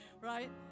Right